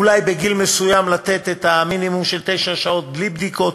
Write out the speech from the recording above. אולי בגיל מסוים לתת את המינימום של תשע שעות בלי בדיקות.